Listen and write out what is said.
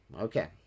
Okay